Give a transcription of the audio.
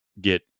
get